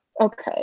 okay